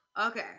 Okay